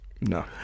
No